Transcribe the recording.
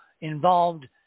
involved